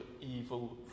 evil